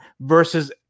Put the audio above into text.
versus